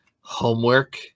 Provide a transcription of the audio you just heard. homework